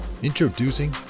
introducing